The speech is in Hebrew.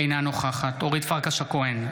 אינה נוכחת אורית פרקש הכהן,